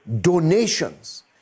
donations